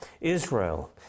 Israel